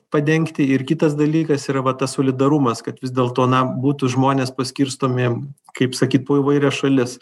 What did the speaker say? padengti ir kitas dalykas yra va tas solidarumas kad vis dėlto na būtų žmonės paskirstomi kaip sakyt po įvairias šalis